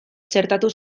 txertatu